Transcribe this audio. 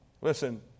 Listen